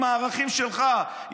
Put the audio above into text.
עם הערכים שלך,